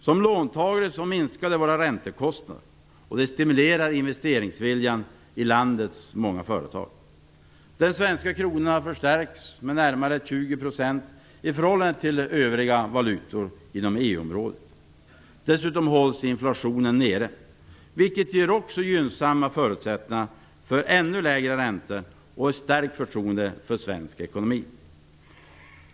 Som låntagare minskar det våra räntekostnader och stimulerar investeringsviljan i landets många företag. Den svenska kronan har förstärkts med ca 20 % i förhållande till övriga valutor inom EU-området. Dessutom hålls inflationen nere, vilket också ger gynnsamma förutsättningar för ännu lägre räntor och ett stärkt förtroende för svensk ekonomi.